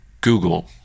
Google